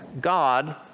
god